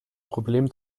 problem